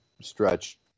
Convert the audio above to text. stretch